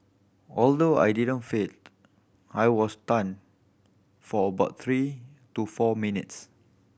although I didn't faint I was stunned for about three to four minutes